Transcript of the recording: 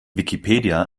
wikipedia